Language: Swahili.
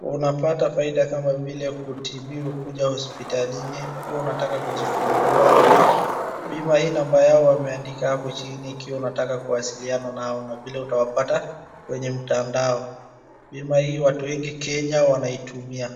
Unapata faida kama vile kutibiwa kuja hospitalini ukiwa unataka kujifungua. Bima hii namba yao wameandika hapo chini ukiwa unataka kuwasiliana nao na vile utawapata kwenye mtandao. Bima hii watu wengi Kenya wanaitumia.